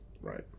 Right